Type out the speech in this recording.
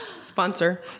Sponsor